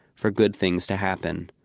for good things to happen.